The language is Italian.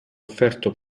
offerto